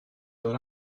dod